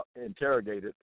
interrogated